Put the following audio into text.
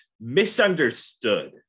misunderstood